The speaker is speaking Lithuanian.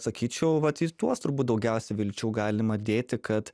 sakyčiau vat į tuos turbūt daugiausia vilčių galima dėti kad